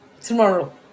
tomorrow